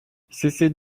cessez